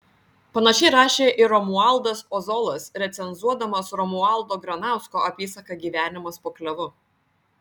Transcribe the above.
panašiai rašė ir romualdas ozolas recenzuodamas romualdo granausko apysaką gyvenimas po klevu